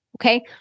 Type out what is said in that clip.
Okay